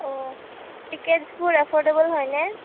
অঁ টিকেটছবোৰ এফ'ৰ্ডেব'ল হয়নে